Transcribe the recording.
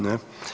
Ne.